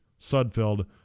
Sudfeld